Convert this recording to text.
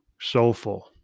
soulful